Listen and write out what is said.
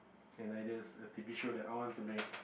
and ideas T_V show that I want to make